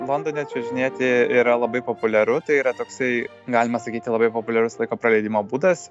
londone čiuožinėti yra labai populiaru tai yra toksai galima sakyti labai populiarus laiko praleidimo būdas